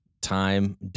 time